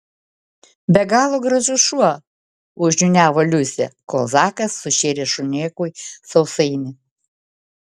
be galo gražus šuo užniūniavo liusė kol zakas sušėrė šunėkui sausainį